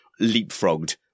leapfrogged